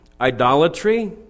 Idolatry